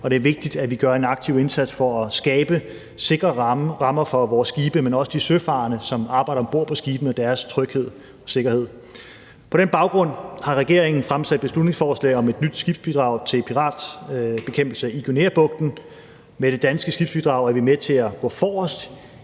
det er vigtigt, at vi gør en aktiv indsats for at skabe sikre rammer for vores skibe, men også for de søfarende, som arbejder om bord på skibene, i forhold til deres tryghed og sikkerhed. På den baggrund har regeringen fremsat et beslutningsforslag om et nyt skibsbidrag til piratbekæmpelse i Guineabugten. Med det danske skibsbidrag er vi med til at gå forrest